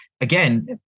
again